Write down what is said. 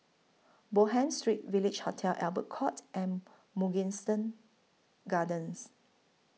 Bonham Street Village Hotel Albert Court and Mugliston Gardens